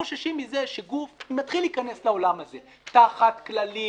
חוששים מזה שגוף מתחיל להיכנס לעולם הזה תחת כללים